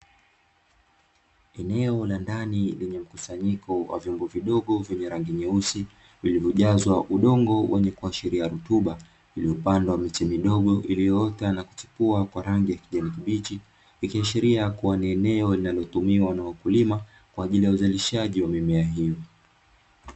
Eneo la ndani lenye mkusanyiko wa vyombo vidogo vyenye rangi nyeusi, vilivyojazwa udongo wenye kuashiria rutuba vilivyopopandwa miche midogo iliyoota na kuchipua kwa rangi ya kijani kibichi, ikiashiria kuwa ni eneo linalotumiwa na wakulima kwa ajili ya uzalishaji wa mimea hiyo.